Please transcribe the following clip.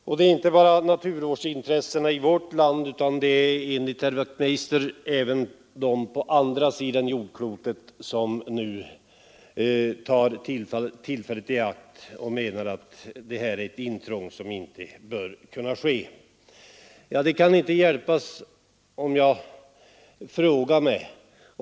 Och inte bara de naturvårdsintresserade i vårt land, utan även de naturvårdsintresserade på andra sidan jordklotet anser enligt herr Wachtmeister att ett sådant intrång inte bör göras.